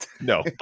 No